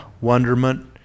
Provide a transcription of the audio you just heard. wonderment